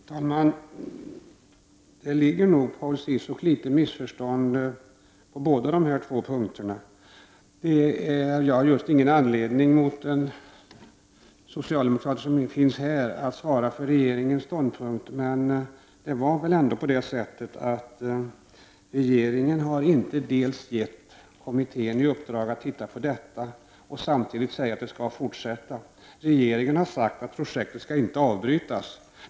Herr talman! Det ligger nog, Paul Ciszuk, litet missförstånd på båda dessa punkter. Jag har ingen anledning att i stället för en socialdemokrat som inte finns här svara för regeringens ståndpunkt, men det var väl ändå så att regeringen inte gav kommittén i uppdrag att titta på detta och samtidigt sade att det skall fortsätta. Regeringen har sagt att projektet inte skall avbrytas.